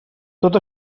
tot